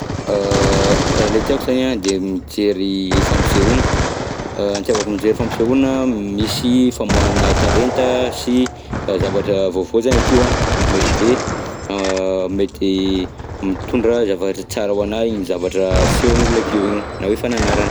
Le tiako zegny an de mijery fampisehoana, ny itiavako mijery fampisehoana, misy famoahana talenta sy zavatra vaovao zany akeo an, mety, mety mitondra zavatra tsara ho anahy igny zavatra asehon'olona akeo igny na hoe fananarana.